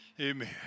Amen